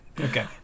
okay